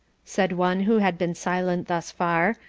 said one who had been silent thus far,